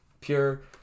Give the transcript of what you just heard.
pure